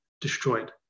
destroyed